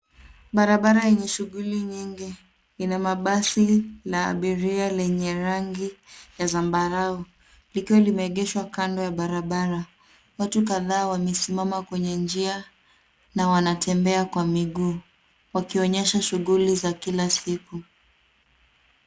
Barabara yenye shughuli nyingi ina mabasi la abiria lenye rangi ya zambarau likiwa limeegeshwa kando ya barabara. Watu kadhaa wamesimama kwenye njia na wanatembea kwa miguu wakionyesha shughuli za kila siku.